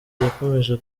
yakomoje